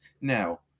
now